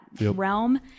realm